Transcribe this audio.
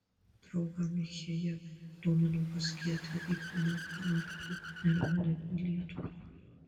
draugą michejevą domino kas gi atvedė poną kaną tokiu neramiu laiku į lietuvą